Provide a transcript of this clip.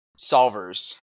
solvers